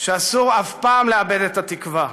שאסור אף פעם לאבד את התקווה.